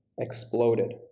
exploded